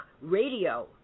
radio